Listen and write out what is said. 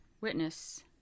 witness